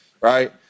right